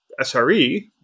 SRE